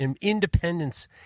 Independence